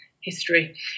history